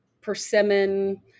persimmon